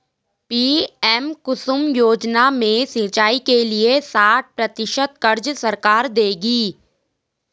PM Kusum योजना में सिंचाई के लिए साठ प्रतिशत क़र्ज़ सरकार देगी